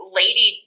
lady